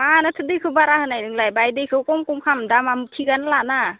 मानोथो दैखो बारा होनाय नोंलाय बाय दैखौ खम खम खालाम दामा थिगानो लानाय